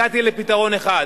והגעתי לפתרון אחד: